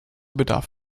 bedarf